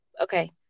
Okay